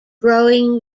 growing